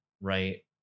right